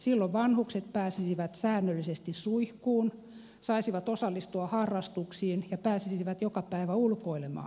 silloin vanhukset pääsisivät säännöllisesti suihkuun saisivat osallistua harrastuksiin ja pääsisivät joka päivä ulkoilemaan